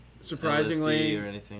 Surprisingly